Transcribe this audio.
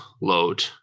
load